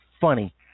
funny